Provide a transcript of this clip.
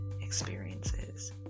experiences